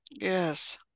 Yes